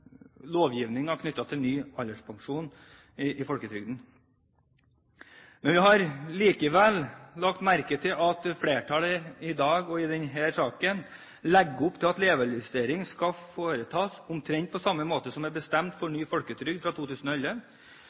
lovgivingen knyttet til ny alderspensjon i folketrygden. Men vi har likevel lagt merke til at flertallet i dag og i denne saken legger opp til at levealdersjustering skal foretas omtrent på samme måte som bestemt for ny folketrygd fra 2011.